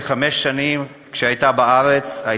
כשהייתה בארץ כחמש שנים,